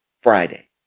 Friday